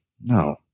No